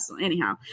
Anyhow